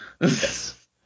Yes